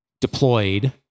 deployed